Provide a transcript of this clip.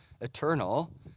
eternal